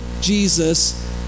Jesus